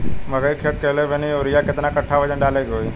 मकई के खेती कैले बनी यूरिया केतना कट्ठावजन डाले के होई?